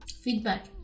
feedback